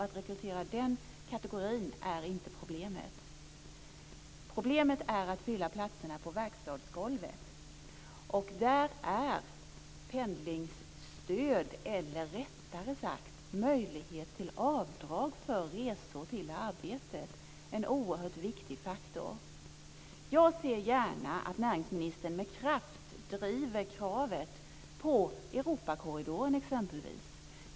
Att rekrytera den kategorin är inte problemet. Problemet är att fylla platserna på verkstadsgolvet. I det avseendet är pendlingsstöd eller, rättare sagt, möjlighet till avdrag för resor till arbetet en oerhört viktig faktor. Jag ser gärna att näringsministern med kraft driver kravet på t.ex. Europakorridoren.